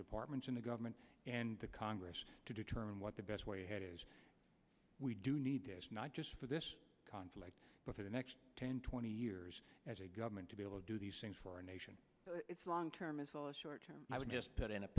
departments in the government and the congress to determine what the best way we do need not just for this conflict but for the next ten twenty years as a government to be able to do these things for our nation long term as well as short term i would just put in a